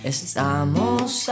Estamos